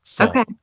Okay